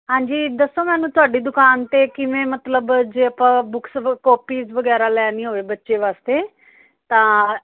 ਹਾਂਜੀ ਦੱਸੋ ਮੈਨੂੰ ਤੁਹਾਡੀ ਦੁਕਾਨ 'ਤੇ ਕਿਵੇਂ ਮਤਲਬ ਜੇ ਆਪਾਂ ਬੁੱਕਸ ਕੋਪੀਜ ਵਗੈਰਾ ਲੈਣੀਆਂ ਹੋਵੇ ਬੱਚੇ ਵਾਸਤੇ ਤਾਂ